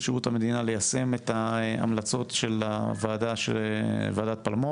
שירות המדינה ליישם את ההמלצות של ועדת פלמור,